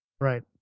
Right